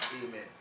Amen